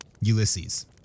Ulysses